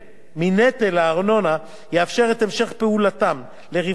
הארנונה יאפשר את המשך פעולתן לרווחת תושבי